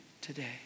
today